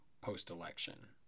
post-election